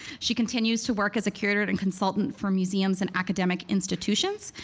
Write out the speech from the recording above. she continues to work as a curator and consultant for museums and academic institutions,